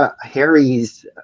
Harry's